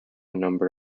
number